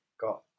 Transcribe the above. got